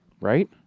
Right